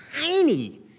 tiny